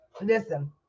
listen